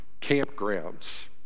campgrounds